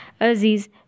Aziz